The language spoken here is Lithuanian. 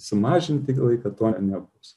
sumažinti laiką to nebus